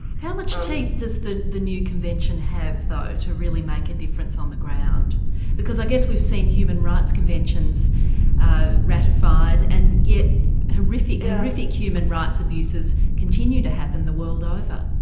how much teeth does the the new convention have though to really make a difference on the ground because i guess we've seen human rights conventions ratified and yet horrific horrific human rights abuses continue to happen the world over.